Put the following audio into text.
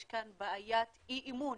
יש כאן בעיית אי-אמון